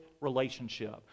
relationship